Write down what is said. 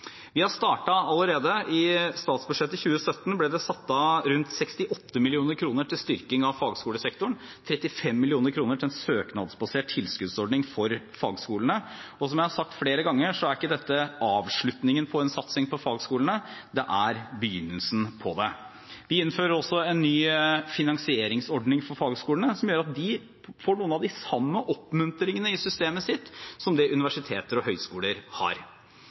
Vi har startet allerede. I statsbudsjettet for 2017 ble det satt av rundt 68 mill. kr til styrking av fagskolesektoren og 35 mill. kr til en søknadsbasert tilskuddsordning for fagskolene. Og som jeg har sagt flere ganger, er ikke dette avslutningen på en satsing på fagskolene – det er begynnelsen. Vi innfører også en ny finansieringsordning for fagskolene som gjør at de får noen av de samme oppmuntringene i systemet sitt som det universiteter og høyskoler har.